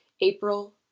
April